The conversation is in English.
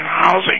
housing